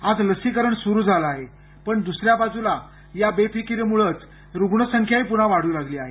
आज लसीकरण सुरु झाल आहे पण दुसऱ्या बाजूला या बेफिकिरीमुळच रुग्णसंख्याही पुन्हा वाढू लागली आहे